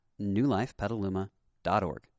newlifepetaluma.org